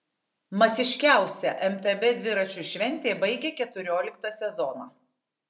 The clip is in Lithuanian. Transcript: masiškiausia mtb dviračių šventė baigia keturioliktą sezoną